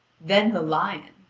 then the lion,